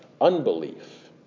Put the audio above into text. unbelief